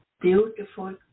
beautiful